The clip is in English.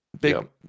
Big